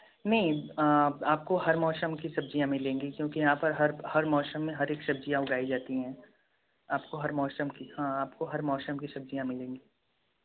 नहीं आपको हर मौसम की सब्जियाँ मिलेंगी क्योंकि यहाँ पर हर हर मौसम में हर एक सब्जियाँ उगाई जाती हैं आपको हर मौसम की हाँ आपको हर मौसम की सब्जियाँ मिलेंगी